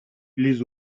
les